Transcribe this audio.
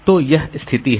तो यह स्थिति है